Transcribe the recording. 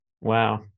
Wow